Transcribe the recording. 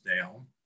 down